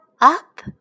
up